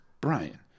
Brian